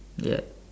ya